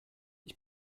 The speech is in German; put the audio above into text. ich